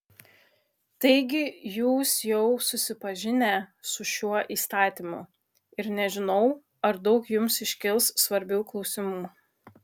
taigi jūs jau susipažinę su šiuo įstatymu ir nežinau ar daug jums iškils svarbių klausimų